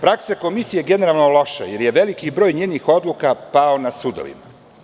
Praksa komisije je generalno loša, jer je veliki broj njenih odluka palo na sudove.